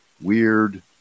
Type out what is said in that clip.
weird